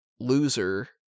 loser